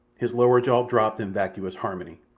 his lower jaw drooped in vacuous harmony.